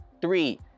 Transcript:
three